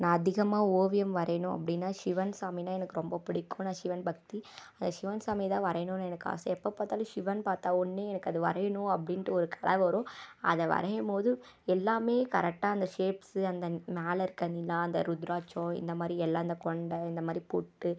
நான் அதிகமாக ஓவியம் வரையணும் அப்படின்னா சிவன் சாமின்னா எனக்கு ரொம்ப பிடிக்கும் நான் சிவன் பக்தி அந்த சிவன் சாமி தான் வரையணும்னு எனக்கு ஆசை எப்போ பார்த்தாலும் சிவன் பார்த்தா ஒன்று எனக்கு அது வரையணும் அப்படின்ட்டு ஒரு வரும் அதை வரையும் போது எல்லாமே கரெட்டா அந்த ஷேப்ஸ்ஸு அந்த மேலே இருக்கற நிலா அந்த ருத்ராட்சம் இந்த மாதிரி எல்லாம் இந்த கொண்ட இந்தமாதிரி பொட்டு